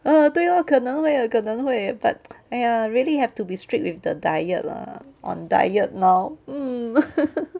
ah 对 lor 可能会可能会 but !aiya! really have to be strict with the diet lah on diet now mm